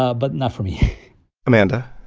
ah but not for me amanda,